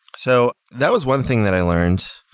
so that was one thing that i learned.